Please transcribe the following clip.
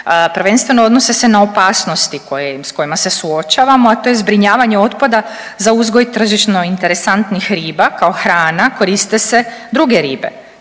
prvenstveno odnose se na opasnosti s kojima se suočavamo, a to je zbrinjavanje otpada za uzgoj tržišno interesantnih riba kao hrana koriste se druge ribe.